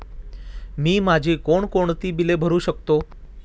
मी माझी कोणकोणती बिले भरू शकतो?